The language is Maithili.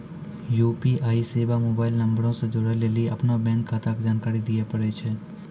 यू.पी.आई सेबा मोबाइल नंबरो से जोड़ै लेली अपनो बैंक खाता के जानकारी दिये पड़ै छै